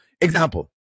example